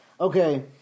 okay